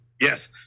Yes